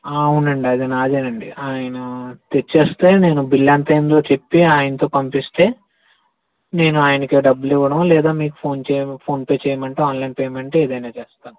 ఆ అవునండి అది నాదేనండి ఆయన తెచ్చేస్తే నేను బిల్ ఎంత అయిందో చెప్పి ఆయనతో పంపిస్తే నేను ఆయనకు డబ్బులివ్వడము లేదా మీకు ఫోన్ చేయడం ఫోన్ పే చేయమంటే ఆన్లైన్ పేమెంట్ ఏదైనా చేస్తాను